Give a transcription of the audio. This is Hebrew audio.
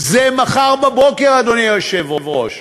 זה מחר בבוקר, אדוני היושב-ראש.